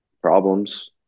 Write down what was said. problems